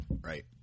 Right